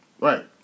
Right